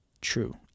true